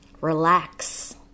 relax